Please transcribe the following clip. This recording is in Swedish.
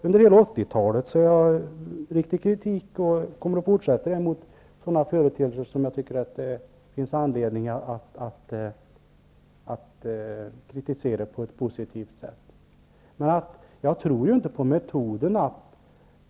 Under hela 80-talet har jag riktat kritik -- och det kommer jag att fortsätta att göra -- mot sådana företeelser som jag tycker att det finns anledning att kritisera på ett konstruktivt sätt. Men jag tror inte på metoderna.